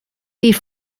die